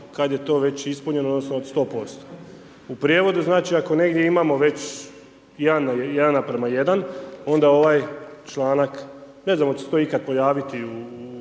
kada je to već ispunjeno, odnosno, od 100%. U prijevodu znači ako negdje imamo već 1;1 onda ovaj članak, ne znam hoće li ste to ikada pojaviti u